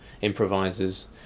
improvisers